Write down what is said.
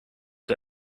the